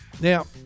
Now